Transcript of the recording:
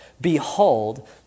Behold